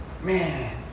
Man